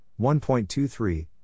1.23